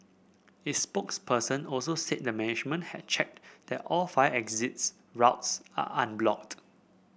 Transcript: its spokesperson also said the management had checked that all fire exits routes are unblocked